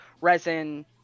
resin